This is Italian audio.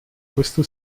questo